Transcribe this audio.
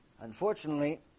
Unfortunately